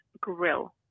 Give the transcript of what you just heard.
grill